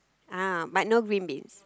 ah but no green beans